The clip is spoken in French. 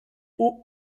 eau